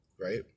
Right